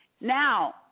Now